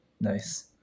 Nice